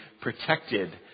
protected